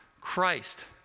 Christ